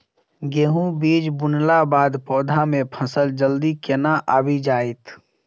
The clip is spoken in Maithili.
गेंहूँ बीज बुनला बाद पौधा मे फसल जल्दी केना आबि जाइत?